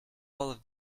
all